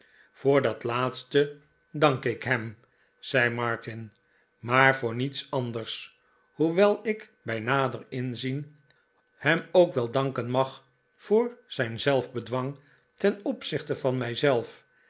voor dat laatste dank ik hem zei martin maar voor niets anders hoewel ik bij nader inzien hem ook wel danken mag voor zijn zelfbedwang ten opzichte van